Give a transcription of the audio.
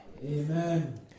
Amen